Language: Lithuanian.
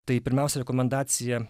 tai pirmiausia rekomendacija